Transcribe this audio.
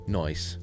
noise